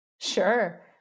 Sure